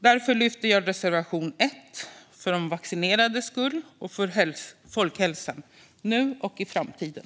Därför lyfter jag reservation l - för de vaccinerades skull och för folkhälsan, nu och i framtiden.